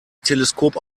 teleskop